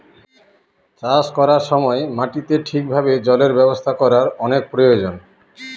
চাষ করার সময় মাটিতে ঠিক ভাবে জলের ব্যবস্থা করার অনেক প্রয়োজন